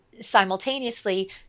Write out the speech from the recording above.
Simultaneously